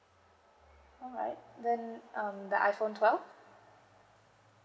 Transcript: alright then um the iPhone twelve